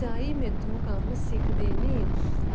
ਚਾਈਂ ਮੇਰੇ ਤੋਂ ਕੰਮ ਸਿੱਖਦੇ ਨੇ